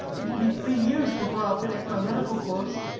it will be three years before i'll finish my medical course.